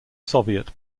soviet